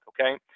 okay